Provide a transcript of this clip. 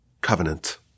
covenant